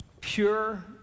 Pure